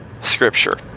scripture